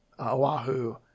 Oahu